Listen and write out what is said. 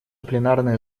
пленарное